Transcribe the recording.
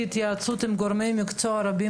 ובהתייעצות עם גורמי מקצוע רבים,